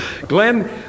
Glenn